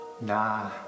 Nah